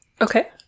Okay